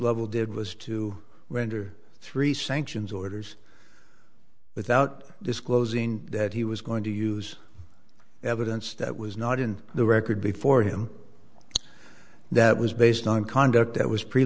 lovell did was to render three sanctions orders without disclosing that he was going to use evidence that was not in the record before him that was based on conduct that was pre